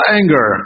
anger